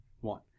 one